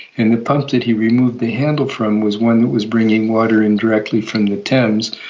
and the pump that he removed the handle from was one that was bringing water in directly from the thames,